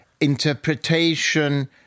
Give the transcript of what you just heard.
interpretation